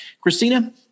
Christina